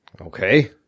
Okay